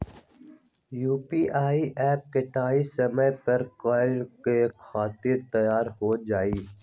UPI app कतेइक समय मे कार्य करे खातीर तैयार हो जाई?